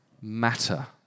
matter